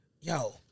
Yo